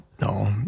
no